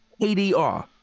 ADR